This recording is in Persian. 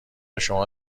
شما